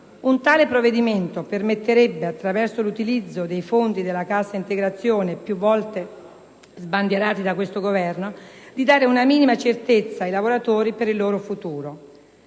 un tale provvedimento permetterebbe, attraverso l'utilizzo dei fondi della cassa integrazione più volte sbandierati dal Governo in carica, di dare una minima certezza ai lavoratori per il futuro.